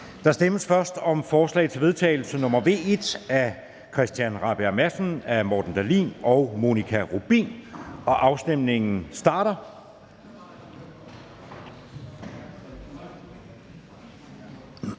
Der stemmes først om forslag til vedtagelse nr. V 1 af Christian Rabjerg Madsen (S), Morten Dahlin (V) og Monika Rubin (M), og afstemningen starter.